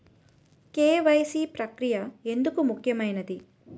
KYC ప్రక్రియ ఎందుకు ముఖ్యమైనది?